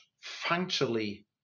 functionally